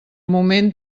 moment